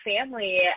family